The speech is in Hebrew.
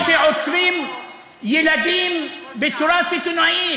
או שעוצרים ילדים בצורה סיטונית,